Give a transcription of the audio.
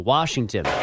Washington